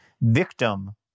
victim